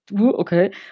Okay